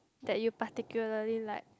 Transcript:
that you particularly like